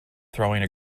throwing